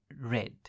red